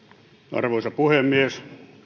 arvoisa puhemies